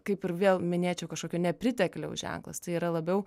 kaip ir vėl minėčiau kažkokio nepritekliaus ženklas tai yra labiau